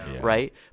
right